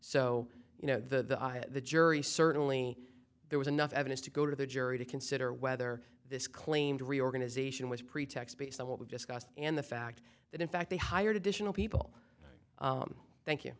so you know the jury certainly there was enough evidence to go to the jury to consider whether this claim to reorganization was pretext based on what we've discussed and the fact that in fact they hired additional people thank you